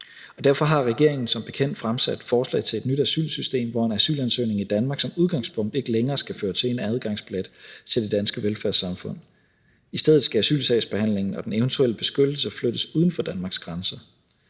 Derfor har regeringen som bekendt fremsat forslag til et nyt asylsystem, hvor en asylansøgning i Danmark som udgangspunkt ikke længere skal føre til en adgangsbillet til det danske velfærdssamfund. I stedet skal asylsagsbehandlingen og den eventuelle beskyttelse flyttes uden for Danmarks grænser.